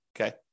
okay